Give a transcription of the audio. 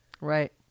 right